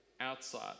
outside